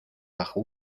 bajo